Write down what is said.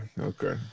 Okay